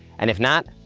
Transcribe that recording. and if not,